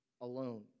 alone